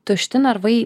tušti narvai